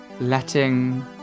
Letting